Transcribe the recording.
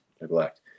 neglect